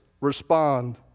respond